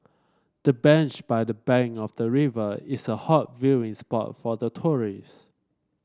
the bench by the bank of the river is a hot viewing spot for the tourist